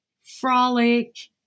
frolic